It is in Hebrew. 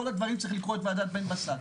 כל הדברים צריך לקרות ועדת בן בסט